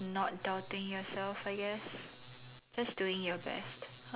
not doubting yourself I guess just doing your best